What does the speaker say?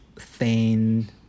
thin